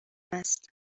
است